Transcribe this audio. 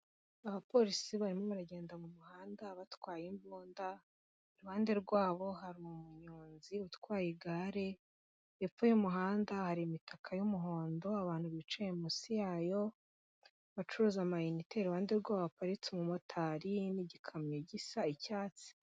Abapolisi barimo baragenda mu muhanda batwaye imbunda, iruhande rwabo hari umuyonzi utwaye igare, hepfo y'umuhanda hari imitaka y'umuhondo, abantu bicaye munsi yayo bacuruza amayinite, iruhande rwabo haparitse umumotari n'igikamyo gisa icyatsi.